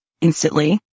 instantly